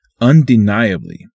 undeniably